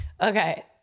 okay